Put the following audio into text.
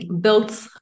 built